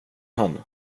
han